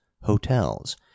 hotels